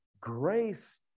grace